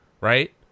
Right